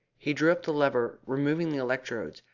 he drew up the lever, removed the electrodes,